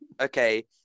Okay